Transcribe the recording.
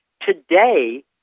Today